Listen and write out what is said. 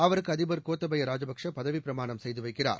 அவருக்கு அதிபர் கோத்தபய ராஜபக்சே பதவிப் பிரமாணம் செய்து வைக்கிறார்